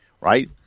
right